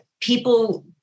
people